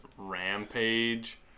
Rampage